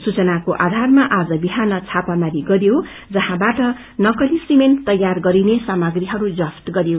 सूचनाको आधारमा आज बिहान छापेमारी गरियो जहाँबाट नकली सिमेन्ट तैयार गरिने सामग्रीहरू जफ्त गरियो